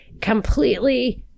completely